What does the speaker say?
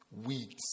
weeds